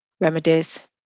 remedies